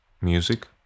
music